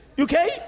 okay